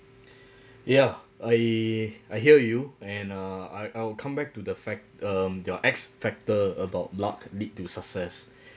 yeah I I hear you and uh I I'll come back to the fact um your X factor about luck lead to success